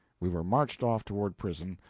we were marched off toward prison,